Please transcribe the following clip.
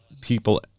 people